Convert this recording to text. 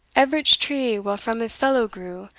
everich tree well from his fellow grew,